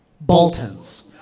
Bolton's